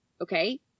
okay